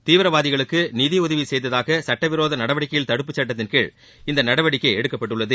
தீவிரவாதிகளுக்கு நிதியுதவி செய்ததாக சுட்டவிரோத நடவடிக்கைகள் தடுப்புச்சுடடத்தின்கீழ் இந்த நடவடிக்கை எடுக்கப்பட்டுள்ளது